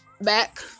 back